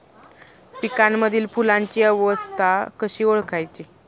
पिकांमधील फुलांची अवस्था कशी ओळखायची?